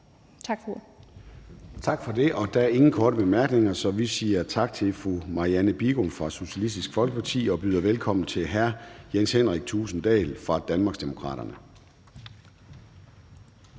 Tak for det. Der er ingen korte bemærkninger, så vi siger tak til fru Marianne Bigum fra Socialistisk Folkeparti og byder velkommen til hr. Jens Henrik Thulesen Dahl fra Danmarksdemokraterne.